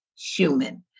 Human